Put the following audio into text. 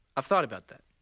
i've thought about that.